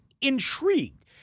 intrigued